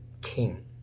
King